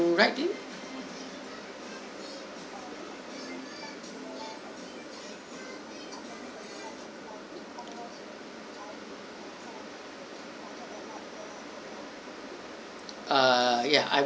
ride in ah ya